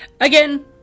Again